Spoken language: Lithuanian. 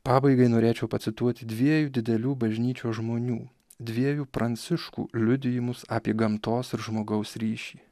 pabaigai norėčiau pacituoti dviejų didelių bažnyčios žmonių dviejų pranciškų liudijimus apie gamtos ir žmogaus ryšį